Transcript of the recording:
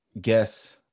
guess